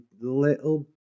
little